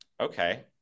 Okay